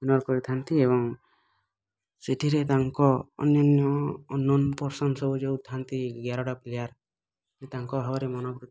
କରିଥାନ୍ତି ଏବଂ ସେଥିରେ ତାଙ୍କ ଅନ୍ୟନ୍ୟ ଅନ୍ନୋନ୍ ପର୍ସନ ସବୁ ଯେଉଁ ଥାନ୍ତି ଏଗାରଟା ପ୍ଲେୟାର୍ ତାଙ୍କ ହାୱାରେ ମନ